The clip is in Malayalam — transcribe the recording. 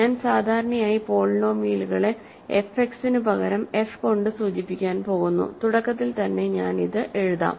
ഞാൻ സാധാരണയായി പോളിനോമിയലുകളെ എഫ് എക്സിനുപകരം എഫ് കൊണ്ട് സൂചിപ്പിക്കാൻ പോകുന്നു തുടക്കത്തിൽ തന്നെ ഞാൻ ഇത് എഴുതാം